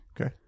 Okay